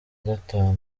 gatanu